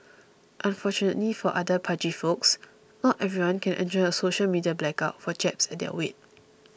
unfortunately for other pudgy folks not everyone can enjoy a social media blackout for jabs at their weight